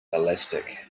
elastic